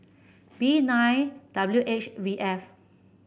B nine W H V F